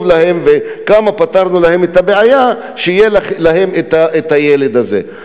להם וכמה פתרנו להם את הבעיה שיהיה להם הילד הזה.